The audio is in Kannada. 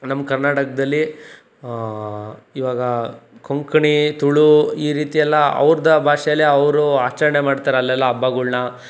ನಮ್ಮ ಕರ್ನಾಟಕದಲ್ಲಿ ಈವಾಗ ಕೊಂಕಣಿ ತುಳು ಈ ರೀತಿ ಎಲ್ಲ ಅವ್ರದ್ದೇ ಭಾಷೆಯಲ್ಲಿ ಅವರು ಆಚರಣೆ ಮಾಡ್ತಾರೆ ಅಲ್ಲೆಲ್ಲ ಹಬ್ಬಗಳನ್ನ